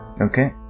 Okay